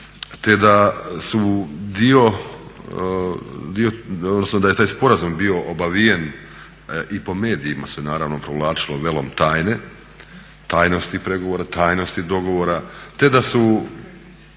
te da su dio, odnosno da je taj sporazum bio obavijen, i po medijima se naravno provlačilo velom tajne, tajnosti pregovora, tajnosti dogovora, te da su